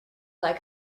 like